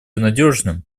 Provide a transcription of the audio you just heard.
надежным